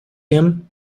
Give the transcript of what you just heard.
him